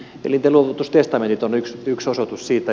elintenluovutustestamentit ovat yksi osoitus siitä